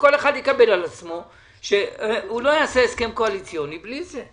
שכל אחד יקבל על עצמו שהוא לא יעשה הסכם קואליציוני בלי זה.